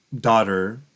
daughter